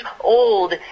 old